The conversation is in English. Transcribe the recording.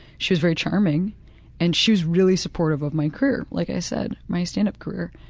she was very charming and she was really supportive of my career, like i said, my stand-up career,